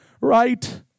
right